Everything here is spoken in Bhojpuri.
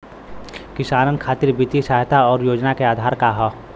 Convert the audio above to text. किसानन खातिर वित्तीय सहायता और योजना क आधार का ह?